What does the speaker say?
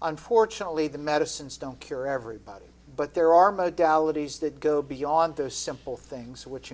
unfortunately the medicines don't cure everybody but there are modalities that go beyond those simple things which